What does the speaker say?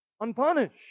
unpunished